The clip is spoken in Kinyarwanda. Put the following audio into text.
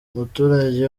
umuturage